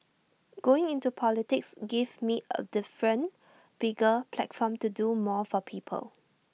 going into politics gives me A different bigger platform to do more for people